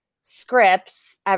scripts